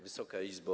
Wysoka Izbo!